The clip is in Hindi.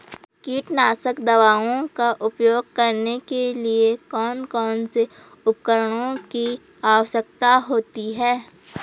कीटनाशक दवाओं का उपयोग करने के लिए कौन कौन से उपकरणों की आवश्यकता होती है?